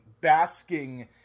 basking